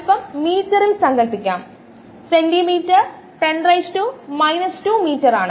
അതിനാൽ മൊത്തം എൻസൈമിന്റെ മാസ് എന്നത് Et അതു മൊത്തം എൻസൈമിന്റെ മാസ്സ് V ആണ്